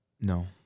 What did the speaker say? No